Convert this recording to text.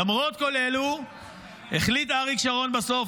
למרות כל אלו החליט אריק שרון בסוף